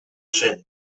zen